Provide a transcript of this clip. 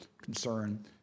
concern